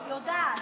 יודעת.